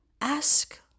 ask